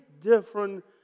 different